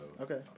okay